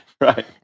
Right